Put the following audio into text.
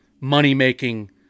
money-making